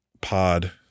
pod